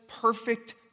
perfect